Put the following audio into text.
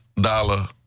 dollar